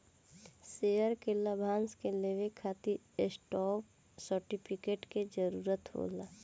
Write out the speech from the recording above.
share के लाभांश के लेवे खातिर स्टॉप सर्टिफिकेट के जरूरत होला